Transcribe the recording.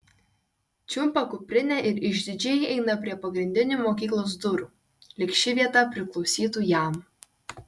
čiumpa kuprinę ir išdidžiai eina prie pagrindinių mokyklos durų lyg ši vieta priklausytų jam